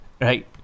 right